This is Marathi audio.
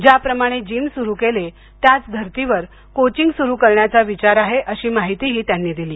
ज्याप्रमाणे जिम सुरू केले त्याच धर्तीवर कोचिंग सुरू करण्याचा विचार आहे अशी माहितीही त्यांनी दिली